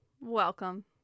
welcome